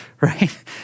right